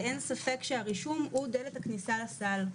ואין ספק שהרישום הוא דלת הכניסה לסל,